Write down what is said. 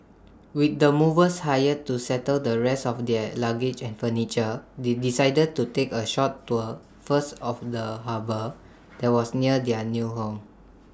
with the movers hired to settle the rest of their luggage and furniture they decided to take A short tour first of the harbour that was near their new home